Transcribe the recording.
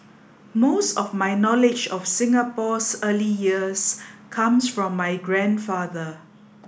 most of my knowledge of Singapore's early years comes from my grandfather